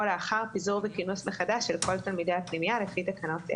או לאחר פיזור וכינוס מחדש של כל תלמידי הפנימייה לפי תקנות אלה.